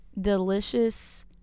delicious